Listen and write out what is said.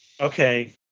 Okay